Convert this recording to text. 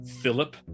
Philip